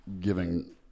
giving